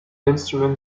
instrument